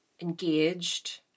engaged